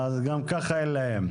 גם ככה אין להן.